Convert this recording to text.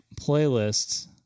playlists